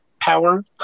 power